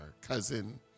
cousin